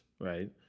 right